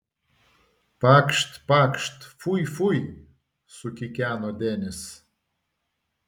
pakšt pakšt fui fui sukikeno denis